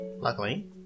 Luckily